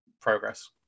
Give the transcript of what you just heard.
progress